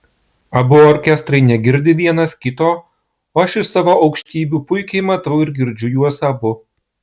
abu orkestrai negirdi vienas kito o aš iš savo aukštybių puikiai matau ir girdžiu juos abu